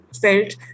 felt